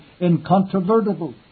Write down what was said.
incontrovertible